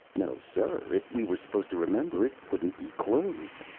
no, sir. if we were supposed to remember, it wouldn't be closed.